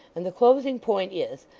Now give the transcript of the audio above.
and the closing point is,